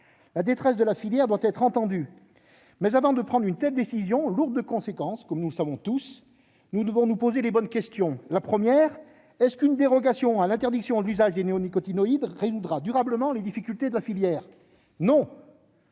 La détresse de cette dernière doit être entendue. Mais avant de prendre une telle décision, lourde de conséquences- nous le savons tous -, nous devons nous poser les bonnes questions. Premièrement, une dérogation à l'interdiction de l'usage des néonicotinoïdes résoudra-t-elle durablement les difficultés de la filière ? Non,